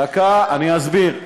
דקה, אני אסביר.